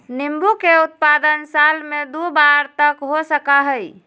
नींबू के उत्पादन साल भर में दु बार तक हो सका हई